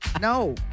No